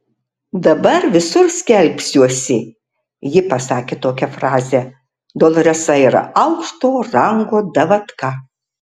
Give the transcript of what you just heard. dabar visur skelbsiuosi ji pasakė tokią frazę doloresa yra aukšto rango davatka